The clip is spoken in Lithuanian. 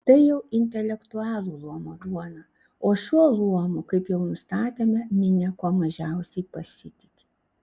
tai jau intelektualų luomo duona o šiuo luomu kaip jau nustatėme minia kuo mažiausiai pasitiki